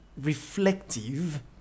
reflective